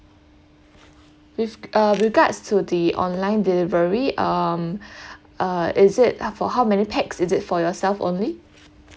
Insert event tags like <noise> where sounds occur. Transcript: with uh regards to the online delivery um <breath> uh is it for how many pax is it for yourself only